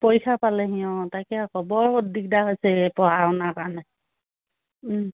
পৰীক্ষা পালেহি অ তাকে আকৌ বৰ দিগদাৰ হৈছে এই পঢ়া শুনাৰ কাৰণে ওম